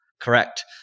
Correct